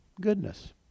goodness